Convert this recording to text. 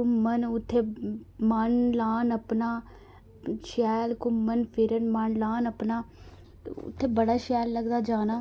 घूमन उत्थै मन लान अपना शैल घूमन फिरन मन लान अपना उत्थै बड़ा शैल लगदा जाना